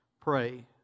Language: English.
pray